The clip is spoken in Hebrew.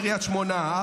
קריית שמונה,